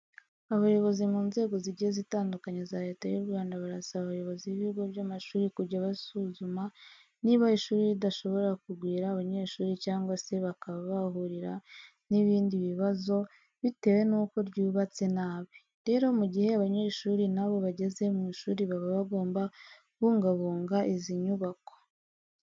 Abayobozi mu nzego zigiye zitandukanye za Leta y'u Rwanda barasaba abayobozi b'ibigo by'amashuri kujya basuzuma niba ishuri ridashobora kugwira abanyeshuri cyangwa se bakaba bahahurira n'ibindi bibazo bitewe nuko ryubatse nabi. Rero mu gihe abanyeshuri na bo bageze mu ishuri baba bagomba kubungabunga izi nyubako.